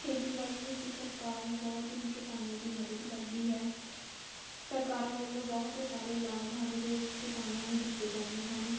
ਖੇਤੀਬਾੜੀ ਵਿੱਚ ਸਰਕਾਰ ਬਹੁਤ ਹੀ ਕਿਸਾਨਾਂ ਦੀ ਮਦਦ ਕਰਦੀ ਹੈ ਸਰਕਾਰਾਂ ਵੱਲੋਂ ਬਹੁਤ ਸਾਰੇ ਲਾਭ ਹਨ ਜੋ ਕਿਸਾਨਾਂ ਨੂੰ ਦਿੱਤੇ ਜਾਂਦੇ ਹਨ